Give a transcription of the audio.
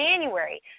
January